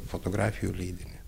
fotografijų leidinį